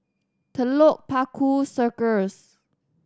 Telok Paku Circus